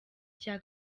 cya